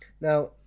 now